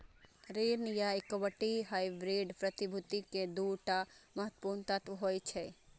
ऋण आ equity hybrid प्रतिभूति के दू टा महत्वपूर्ण तत्व होइ छै